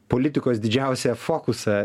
politikos didžiausią fokusą